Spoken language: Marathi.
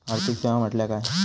आर्थिक सेवा म्हटल्या काय?